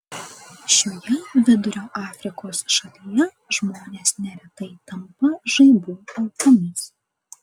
šioje vidurio afrikos šalyje žmonės neretai tampa žaibų aukomis